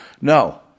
No